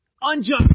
unjust